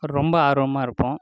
ரொம்ப ஆர்வமாக இருப்போம்